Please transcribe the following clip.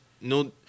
No